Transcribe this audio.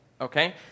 okay